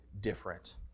different